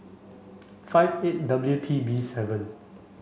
five eight W T B seven